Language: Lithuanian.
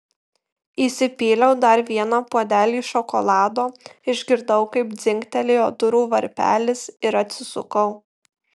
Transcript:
įsipyliau dar vieną puodelį šokolado išgirdau kaip dzingtelėjo durų varpelis ir atsisukau